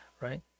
right